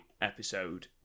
episode